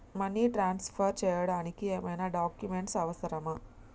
Money transfer చేయడానికి ఏమైనా documents అవసరమా?